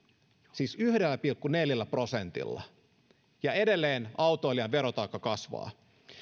siis yhdellä pilkku neljällä prosentilla ja edelleen autoilijan verotaakka kasvaa